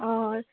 অঁ